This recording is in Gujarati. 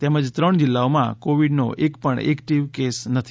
તેમજ ત્રણ જીલ્લાઓમાં કોવિડનો એક પણ એક્ટીવ કેસ નથી